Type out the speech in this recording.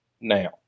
now